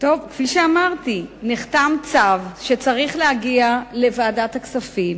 כפי שאמרתי, נחתם צו וצריך להגיע לוועדת הכספים,